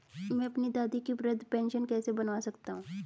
मैं अपनी दादी की वृद्ध पेंशन कैसे बनवा सकता हूँ?